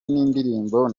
n’indirimbo